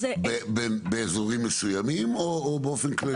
באזורים מסוימים או באופן כללי?